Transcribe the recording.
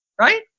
Right